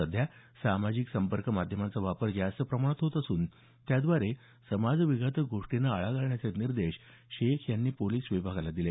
सध्या सामाजिक संपर्क माध्यमाचा वापर जास्त प्रमाणात होत असून त्याद्वारे समाज विघातक गोष्टींना आळा घालण्याचे निर्देश शेख यांनी पोलिस विभागाला दिले